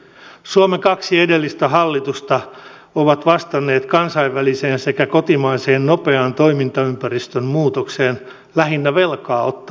suomen kaksi edellistä hallitusta ovat vastanneet kansainväliseen sekä kotimaiseen nopeaan toimintaympäristön muutokseen lähinnä velkaa ottamalla